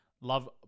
Love